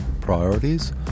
priorities